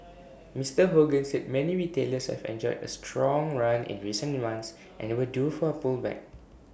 Mister Hogan said many retailers have enjoyed A strong run in recent months and were due for A pullback